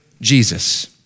Jesus